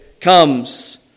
comes